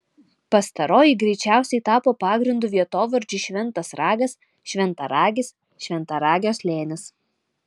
pastaroji greičiausiai tapo pagrindu vietovardžiui šventas ragas šventaragis šventaragio slėnis